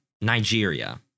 Nigeria